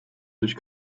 durch